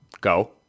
go